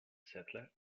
settler